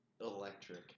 electric